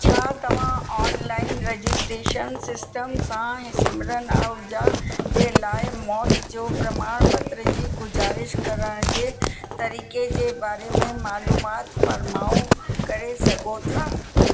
छा तव्हां online registration system सां सिमरन आहुजा जे लाइ मौत जो प्रमाण पत्र जी गुज़ारिश करण जे तरीक़े जे बारे में मालूमात फ़रमाऊं करे सघो था